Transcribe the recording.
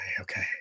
Okay